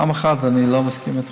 פעם אחת אני לא מסכים איתך.